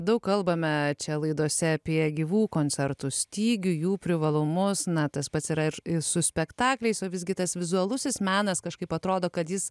daug kalbame čia laidose apie gyvų koncertų stygių jų privalumus na tas pats yra ir su spektakliais o visgi tas vizualusis menas kažkaip atrodo kad jis